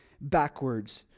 backwards